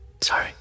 Sorry